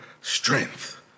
strength